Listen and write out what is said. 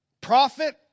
Prophet